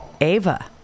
Ava